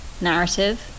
narrative